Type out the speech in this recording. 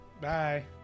Bye